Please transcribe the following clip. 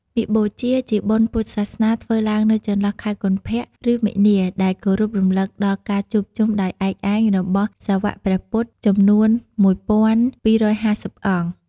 មាឃបូជា ជាបុណ្យពុទ្ធសាសនាធ្វើឡើងនៅចន្លោះខែកុម្ភៈ ឬមីនា ដែលគោរពរំលឹកដល់ការជួបជុំដោយឯកឯងរបស់សាវ័កព្រះពុទ្ធ ចំនួន១,២៥០ អង្គ។